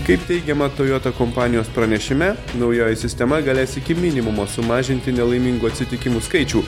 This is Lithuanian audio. kaip teigiama toyota kompanijos pranešime naujoji sistema galės iki minimumo sumažinti nelaimingų atsitikimų skaičių